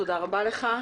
תודה רבה לך.